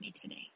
today